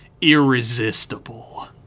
Irresistible